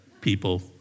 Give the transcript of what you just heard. people